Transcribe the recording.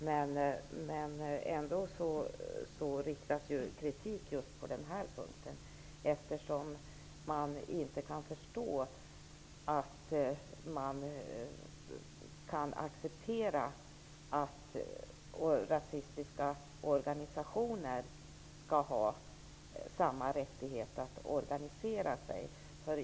Men ändå riktas kritik på just denna punkt. Man kan inte förstå att Sverige kan acceptera att rasistiska organisationer skall ha samma rättighet att organisera sig.